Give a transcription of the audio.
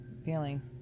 feelings